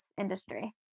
industry